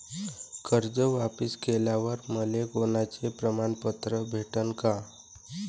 कर्ज वापिस केल्यावर मले कोनचे प्रमाणपत्र भेटन का?